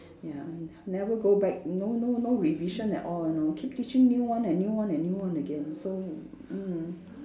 ya n~ never go back no no no revision at all you know keep teaching new one and new one and new one again so mm